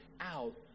out